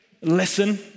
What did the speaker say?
listen